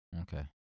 Okay